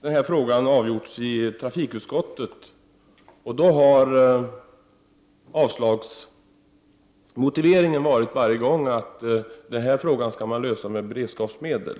denna fråga avgjorts i trafikutskottet, och då har avslagsmotiveringen varje gång varit att denna fråga skall lösas med beredskapsmedel.